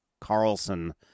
carlson